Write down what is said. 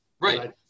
right